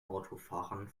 autofahrern